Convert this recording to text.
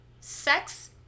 Sex